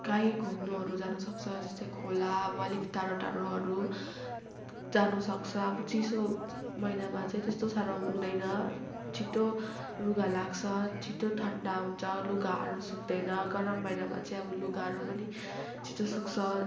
कहीँ घुम्नुहरू जानुसक्छ जस्तै खोला अब अलिक टाढो टाढोहरू जानुसक्छ अब चिसो महिनामा चाहिँ त्यस्तो साह्रो हुँदैन छिटो रुगा लाग्छ छिटो ठन्डा हुन्छ लुगाहरू सुक्दैन गरम महिनामा चाहिँ अब लुगाहरू पनि छिटो सुक्छ